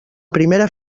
primera